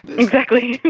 exactly.